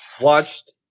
watched